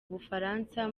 bufaransa